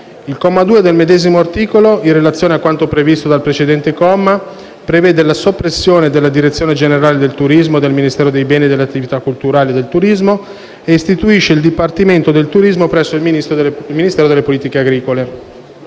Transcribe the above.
Il comma 2 del medesimo articolo, in relazione a quanto previsto dal precedente comma, prevede la soppressione della Direzione generale del turismo del Ministero dei beni e delle attività culturali e del turismo e istituisce il Dipartimento del turismo presso il Ministero delle politiche agricole.